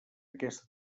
aquesta